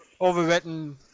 overwritten